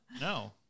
No